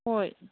ꯍꯣꯏ